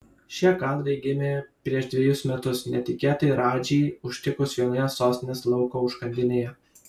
šie kadrai gimė prieš dvejus metus netikėtai radžį užtikus vienoje sostinės lauko užkandinėje